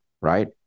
right